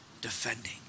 defending